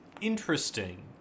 interesting